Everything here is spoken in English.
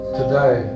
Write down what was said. today